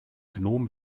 gnom